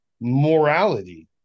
morality